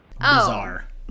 Bizarre